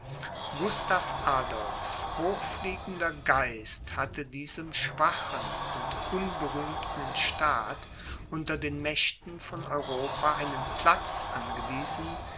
gustav adolphs hochfliegender geist hatte diesem schwachen und unberühmten staat unter den mächten von europa einen platz angewiesen